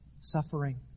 Suffering